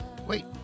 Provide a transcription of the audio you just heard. Wait